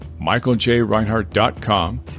michaeljreinhardt.com